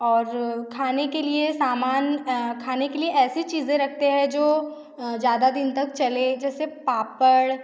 और खाने के लिए सामान खाने के लिए ऐसी चीज़ें रखते है जो ज़्यादा दिन तक चलें जैसे पापड़